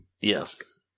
Yes